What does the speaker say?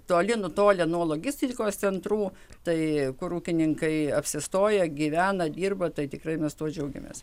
toli nutolę nuo logistikos centrų tai kur ūkininkai apsistoję gyvena dirba tai tikrai mes tuo džiaugiamės